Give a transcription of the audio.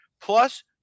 Plus